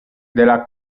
della